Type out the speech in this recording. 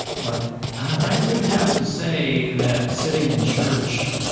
but i would have to say that, sitting in church,